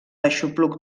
aixopluc